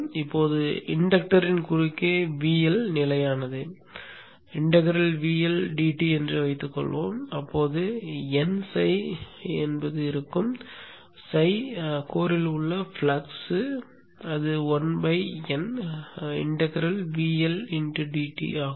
இப்போது இண்டக்டர்யின் குறுக்கே VL நிலையானது என்று வைத்துக்கொள்வோம் அப்போது N φ ஆக இருக்கும் φ மையத்தில் உள்ள ஃப்ளக்ஸ் ஆகும்